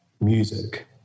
music